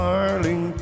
Darling